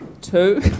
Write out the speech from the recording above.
two